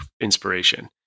inspiration